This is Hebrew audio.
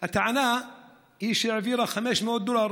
הטענה היא שהיא העבירה 500 דולר